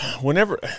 whenever